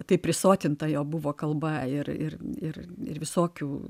kaip prisotinta jo buvo kalba ir ir ir ir visokių